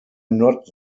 not